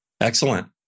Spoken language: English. Excellent